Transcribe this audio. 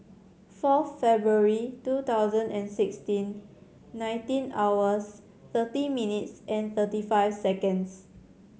four February two thousand and sixteen nineteen hours thirty minutes and thirty five seconds